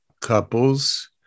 couples